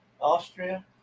Austria